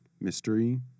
mystery